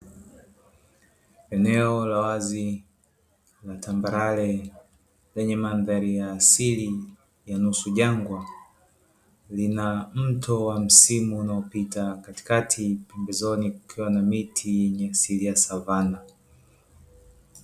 Eneo la wazi la tambarale, lenye mandhari ya asili ya nusu jangwa, lina mto wa msimu, unao pita katikati, pembezoni kukiwa na miti yenye asili ya savana.